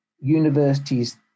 universities